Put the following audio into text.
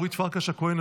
אורית פרקש הכהן,